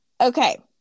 Okay